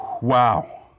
Wow